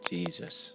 Jesus